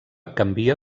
canvia